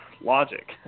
logic